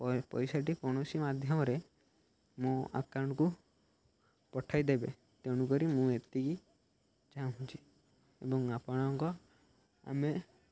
ପଇସାଟି କୌଣସି ମାଧ୍ୟମରେ ମୋ ଆକାଉଣ୍ଟକୁ ପଠାଇଦେବେ ତେଣୁକରି ମୁଁ ଏତିକି ଚାହୁଁଛି ଏବଂ ଆପଣଙ୍କ ଆମେ